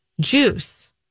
juice